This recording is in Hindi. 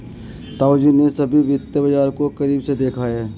ताऊजी ने सभी वित्तीय बाजार को करीब से देखा है